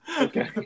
Okay